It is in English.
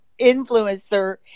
influencer